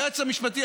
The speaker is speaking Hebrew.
היועץ המשפטי,